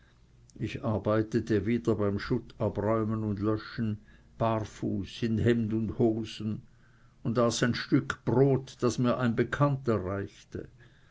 ich arbeitete wieder beim schuttabräumen und löschen barfuß in hemd und hosen und aß ein stück brot das mir ein bekannter reichte